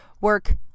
work